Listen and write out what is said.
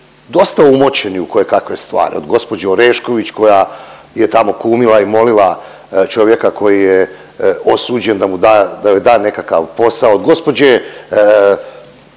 dosta umočeni u kojekakve stvari od gospođe Orešković koja je tamo kumila i molila čovjeka koji je osuđen da mu da, da joj da nekakav posao, gospođe